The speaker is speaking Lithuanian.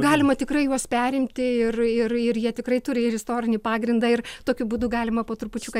galima tikrai juos perimti ir ir ir jie tikrai turi ir istorinį pagrindą ir tokiu būdu galima po trupučiuką